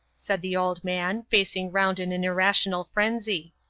said the old man, facing round in an irrational frenzy.